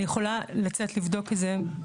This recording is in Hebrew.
אני יכולה לצאת לבדוק את זה.